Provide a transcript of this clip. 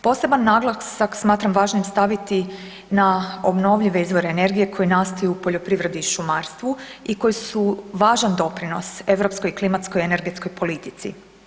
Poseban naglasak smatram važnim staviti na obnovljive izvore energije koji nastaju u poljoprivredi i šumarstvu i koji su važan doprinos europskoj i klimatskoj energetskoj politici.